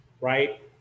right